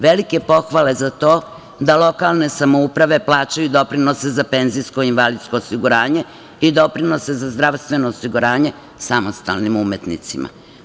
Velike pohvale za to da lokalne samouprave plaćaju doprinose za PIO i doprinose za zdravstveno osiguranje samostalnim umetnicima.